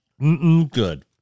Good